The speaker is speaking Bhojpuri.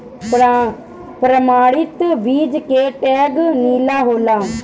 प्रमाणित बीज के टैग नीला होला